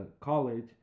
college